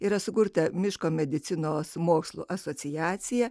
yra sukurta miško medicinos mokslų asociacija